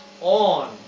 on